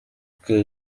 ikaba